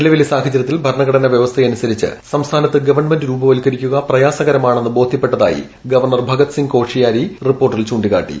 നിലവിലെ സാഹചര്യത്തിൽ ഭരണഘടനാ വ്യവസ്ഥയനുസരിച്ച് സംസ്ഥാനത്ത് ഗവൺമെന്റ് രൂപവത്കരിക്കുക പ്രയാസകരമാണെന്ന് ബോധ്യപ്പെട്ടതായി ഗവർണർ ഭഗത്സിങ് കോഷിയാരി റിപ്പോർട്ടിൽ ചൂണ്ടിക്കാട്ടി